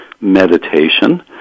meditation